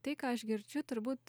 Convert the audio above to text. tai ką aš girdžiu turbūt